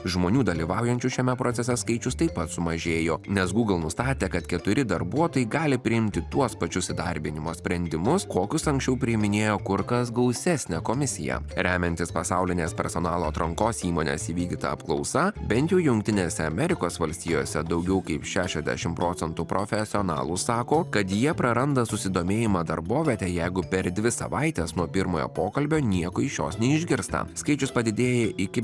žmonių dalyvaujančių šiame procese skaičius taip pat sumažėjo nes google nustatė kad keturi darbuotojai gali priimti tuos pačius įdarbinimo sprendimus kokius anksčiau priiminėjo kur kas gausesnė komisija remiantis pasaulinės personalo atrankos įmonės įvykdyta apklausa bent jau jungtinėse amerikos valstijose daugiau kaip šešiasdešimt procentų profesionalų sako kad jie praranda susidomėjimą darbovietę jeigu per dvi savaites nuo pirmojo pokalbio nieko iš jos neišgirsta skaičius padidėja iki